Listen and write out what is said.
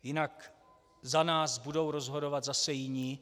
Jinak za nás budou rozhodovat zase jiní.